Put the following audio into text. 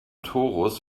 torus